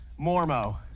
Mormo